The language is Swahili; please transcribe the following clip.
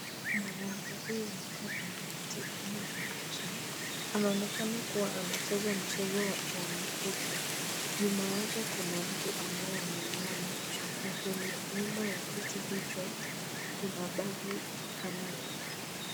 Mwanamke huyu amekaa kwenye kiti aina ya wheelchair , anaonekana kuwa anacheza mchezo wa mikuki. Nyuma yake kuna mtu ambaye ameinama, na kwenye nyuma ya kiti hicho kuna bag colour ya buluu.